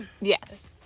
Yes